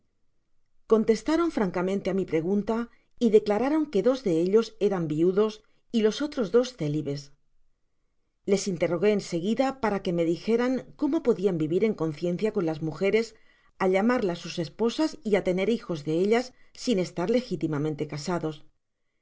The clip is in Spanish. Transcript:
contestaron francamente á mi pregunta y declararon que dos de ellos eran viudos y los otros dos célibes les interrogué en seguida para que me dijeran cómo podian vivir en conciencia con las mujeres llamarlas sus esposas y á tener hijos de ellas sin estar legitimamente casados